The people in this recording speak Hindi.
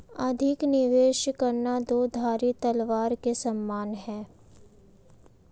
अधिक निवेश करना दो धारी तलवार के समान है